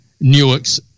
Newark's